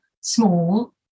small